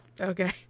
okay